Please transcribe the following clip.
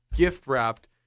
gift-wrapped